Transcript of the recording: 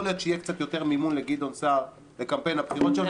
יכול להיות שיהיה קצת יותר מימון לגדעון סער לקמפיין הבחירות שלו.